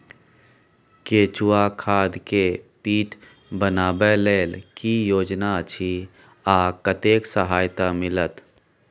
केचुआ खाद के पीट बनाबै लेल की योजना अछि आ कतेक सहायता मिलत?